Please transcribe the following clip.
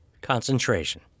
Concentration